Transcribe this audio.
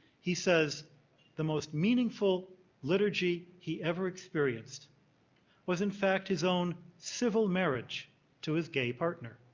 he says the most meaningful liturgy he ever experienced was in fact his own civil marriage to his gay partner.